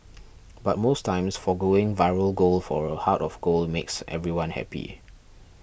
but most times foregoing viral gold for a heart of gold makes everyone happy